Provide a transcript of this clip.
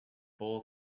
four